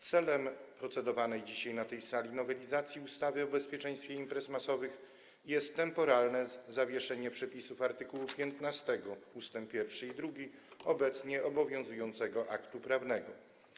Celem procedowanej dzisiaj na tej sali nowelizacji ustawy o bezpieczeństwie imprez masowych jest temporalne zawieszenie przepisów art. 15 ust. 1 i 2 obecnie obowiązującego aktu prawnego.